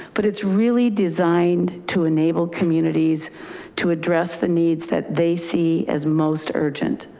but it's really designed to enable communities to address the needs that they see as most urgent.